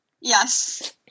Yes